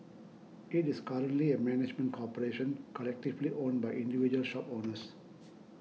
it is currently a management corporation collectively owned by individual shop owners